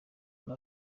muri